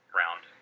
round